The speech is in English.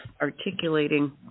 articulating